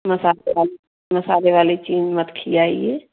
मसाले वाली मसाले वाली चीज़ मत खिलाइए